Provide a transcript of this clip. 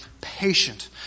patient